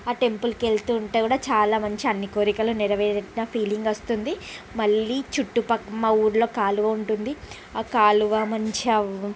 ఆ టెంపుల్కి వెళ్తుంటే కూడా చాలా మంచి అన్ని కోరికలు నెరవేరిన ఫీలింగ్ వస్తుంది మళ్ళీ చుట్టుపక్ మా ఊరిలో కాలువ ఉంటుంది ఆ కాలువ మంచి